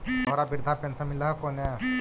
तोहरा वृद्धा पेंशन मिलहको ने?